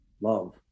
love